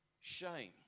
shame